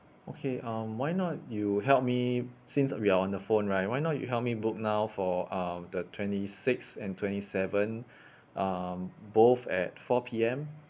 okay um why not you help me since we are on the phone right why not you help me book now for um the twenty sixth and twenty seventh um both at four P_M